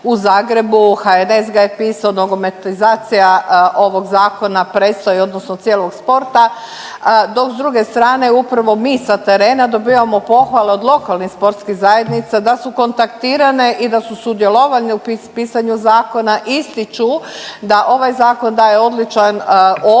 HNS ga je pisao, nogometizacija ovog Zakona predstoji odnosno cijelog sporta, dok s druge strane upravo mi sa terena dobivamo pohvale od lokalnih sportskih zajednica da su kontaktirane i da su sudjelovale u pisanju Zakona, ističu da ovaj Zakon daje odličan okvir,